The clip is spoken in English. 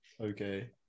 Okay